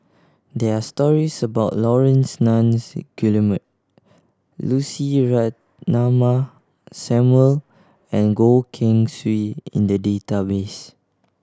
there are stories about Laurence Nunns Guillemard Lucy Ratnammah Samuel and Goh Keng Swee in the database